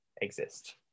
exist